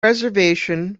reservation